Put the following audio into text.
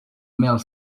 male